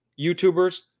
YouTubers